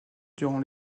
durant